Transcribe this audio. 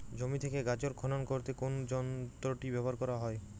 জমি থেকে গাজর খনন করতে কোন যন্ত্রটি ব্যবহার করা হয়?